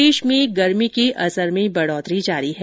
प्रदेश में गर्मी के असर में बढ़ोतरी जारी है